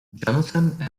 jonathan